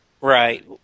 Right